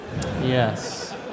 Yes